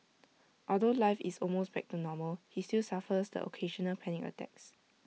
although life is almost back to normal he still suffers the occasional panic attacks